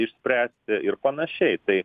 išspręsti ir panašiai tai